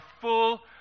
full